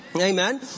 Amen